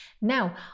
Now